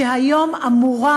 שהיום אמורה,